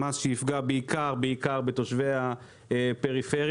מס שיפגע בעיקר בתושבי הפריפריה.